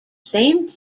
same